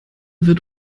wird